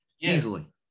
easily